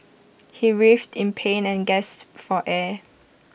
he writhed in pain and gasped for air